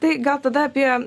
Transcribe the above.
tai gal tada apie